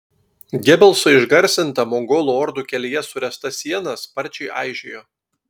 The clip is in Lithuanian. gebelso išgarsinta mongolų ordų kelyje suręsta siena sparčiai aižėjo